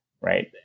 right